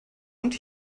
und